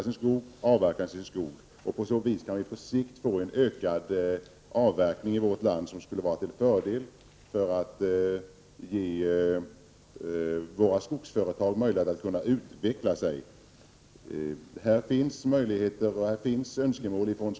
På sikt skulle vi därmed kunna få en ökning av Prot. 1988/89:44 avverkningen i vårt land, något som skulle vara till fördel, om man vill 13 december 1988 möjliggöra för våra skogsföretag att utvecklas.